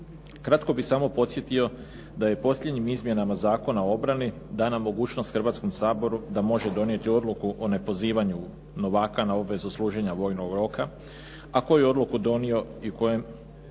Kratko bih samo podsjetio da je posljednjim izmjenama Zakona o obrani dana mogućnost Hrvatskom saboru da može donijeti odluku o nepozivanju novaka na obvezu služenja vojnog roka, a koju odluku je donio i kojem